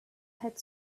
had